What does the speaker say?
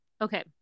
Okay